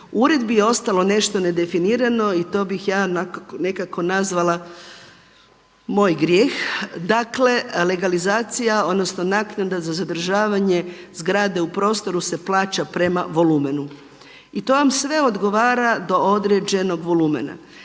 uredbi je ostalo nešto nedefinirano i to bih ja nekako nazvala moj grijeh. Dakle, legalizacija odnosno naknada za zadržavanje zgrade u prostoru se plaća prema I to vam sve odgovara do određenog volumena.